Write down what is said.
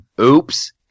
oops